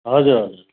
हजुर हजुर